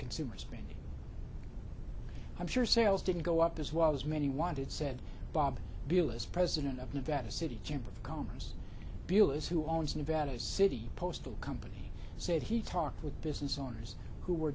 consumer spending i'm sure sales didn't go up as well as many wanted said bob bilis president of nevada city chamber of commerce bulis who owns nevada city postal company said he talked with business owners who were